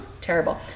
terrible